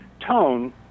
tone